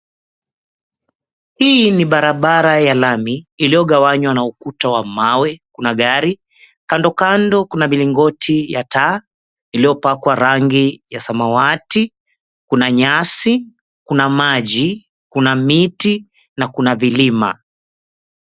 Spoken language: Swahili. Hii ni barabara ya lami iliyogawanywa ns ukuta wa mawe. Kuna gari, kando kando kuna milingoti ya taa iliyopakwa rangi ya samawati, kuna nyasi, kuna maji, kuna miti, na kuna vilima.